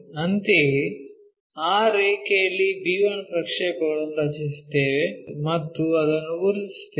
ಅಂತೆಯೇ ಆ ರೇಖೆಯಲ್ಲಿ b1 ಪ್ರಕ್ಷೇಪಗಳನ್ನು ರಚಿಸುತ್ತೇವೆ ಮತ್ತು ಅದನ್ನು ಗುರುತಿಸುತ್ತೇವೆ